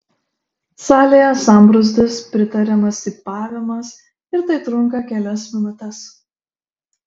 salėje sambrūzdis pritariamas cypavimas ir tai trunka kelias minutes